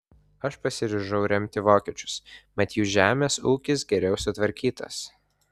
aš pasiryžau remti vokiečius mat jų žemės ūkis geriau sutvarkytas